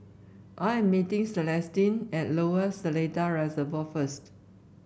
I am meeting Celestine at Lower Seletar Reservoir first